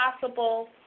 possible